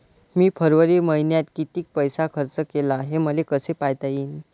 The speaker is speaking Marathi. मी फरवरी मईन्यात कितीक पैसा खर्च केला, हे मले कसे पायता येईल?